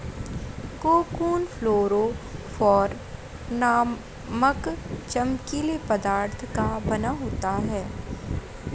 cocoon fluorophore नामक चमकीले पदार्थ का बना होता है